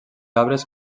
arbres